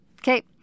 Okay